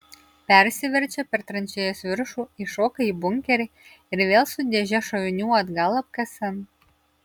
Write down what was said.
persiverčia per tranšėjos viršų įšoka į bunkerį ir vėl su dėže šovinių atgal apkasan